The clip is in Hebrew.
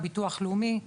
ביטוח לאומי.